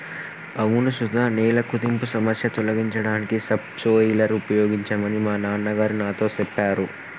అవును సుధ నేల కుదింపు సమస్య తొలగించడానికి సబ్ సోయిలర్ ఉపయోగించమని మా నాన్న గారు నాతో సెప్పారు